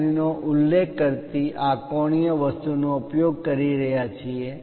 00 ડિગ્રીનો ઉલ્લેખ કરતી આ કોણીય વસ્તુનો ઉપયોગ કરી રહ્યા છીએ